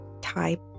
type